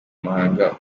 muhanga